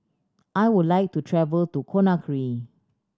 I would like to travel to Conakry